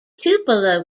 tupelo